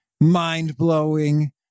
mind-blowing